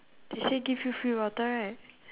they say give you free water right